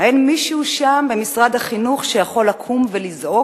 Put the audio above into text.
האין שם מישהו במשרד החינוך שיכול לקום ולזעוק?